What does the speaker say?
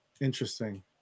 Interesting